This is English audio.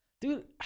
Dude